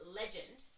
legend